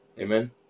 Amen